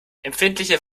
empfindliche